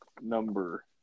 number